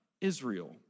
Israel